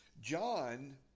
John